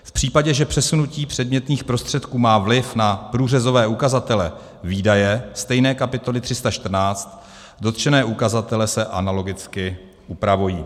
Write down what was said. V případě, že přesunutí předmětných prostředků má vliv na průřezové ukazatele výdaje stejné kapitoly 314, dotčené ukazatele se analogicky upravují.